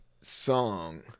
song